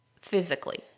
physically